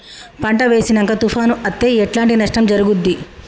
పంట వేసినంక తుఫాను అత్తే ఎట్లాంటి నష్టం జరుగుద్ది?